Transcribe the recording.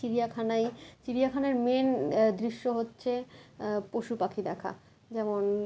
চিড়িয়াখানায় চিড়িয়াখানার মেন দৃশ্য হচ্ছে পশু পাখি দেখা যেমন